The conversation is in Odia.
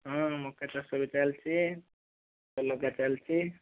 ହଁ ମକା ଚାଷ ବି ଚାଲିଛି ଚାଲିଛି